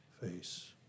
face